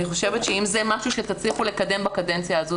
אני חושבת שאם זה משהו שתצליחו לקדם בקדנציה הזאת,